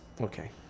Okay